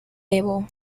label